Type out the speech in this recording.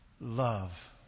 love